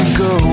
go